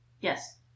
Yes